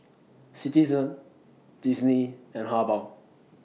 Citizen Disney and Habhal